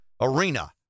Arena